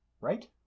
Right